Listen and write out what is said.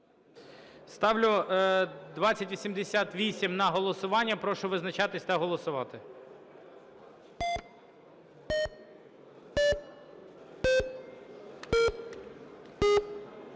Ставлю на голосування 2096. Прошу визначатись та голосувати.